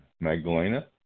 Magdalena